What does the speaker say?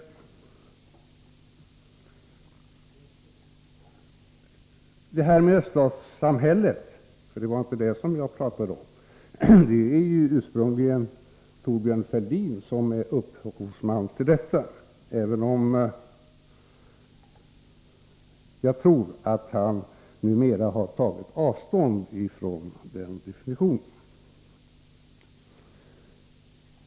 / När det gäller detta med öststatssamhället så var det inte jag som pratade om det — ursprungligen var det Thorbjörn Fälldin som var upphovsman till det uttrycket, även om han numera troligen har tagit avstånd från den definitionen.